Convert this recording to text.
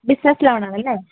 business ലോണാണല്ലേ